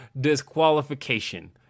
disqualification